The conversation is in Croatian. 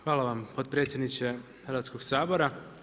Hvala vam potpredsjedniče Hrvatskog sabora.